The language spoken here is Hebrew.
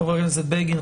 חה"כ בגין,